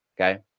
Okay